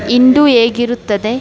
ಇಂದು ಹೇಗಿರುತ್ತದೆ